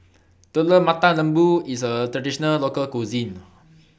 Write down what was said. Telur Mata Lembu IS A Traditional Local Cuisine